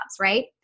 right